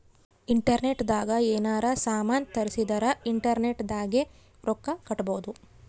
internet ದಾಗ ಯೆನಾರ ಸಾಮನ್ ತರ್ಸಿದರ ಇಂಟರ್ನೆಟ್ ದಾಗೆ ರೊಕ್ಕ ಕಟ್ಬೋದು